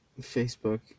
Facebook